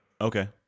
Okay